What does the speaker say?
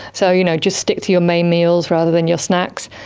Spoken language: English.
so, you know, just stick to your main meals rather than your snacks.